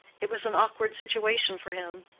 it was an awkward situation for him.